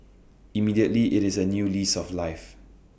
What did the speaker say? immediately IT is A new lease of life